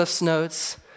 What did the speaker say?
notes